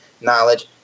knowledge